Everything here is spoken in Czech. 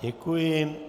Děkuji.